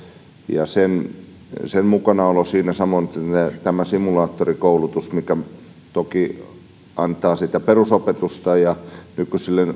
ja sen sen mukanaolo samoin simulaattorikoulutus mikä toki antaa sitä perusopetusta varsinkin nykyisille